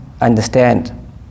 understand